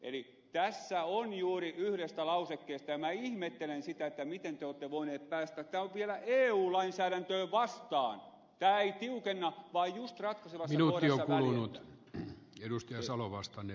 eli tässä on kyse juuri yhdestä lausekkeesta ja minä ihmettelen sitä miten te olette voineet päästää tämän tähän kun tämä on vielä eu lainsäädäntöä vastaan tämä ei tiukenna vaan just ratkaisevassa kohdassa väljentää